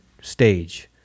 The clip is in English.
stage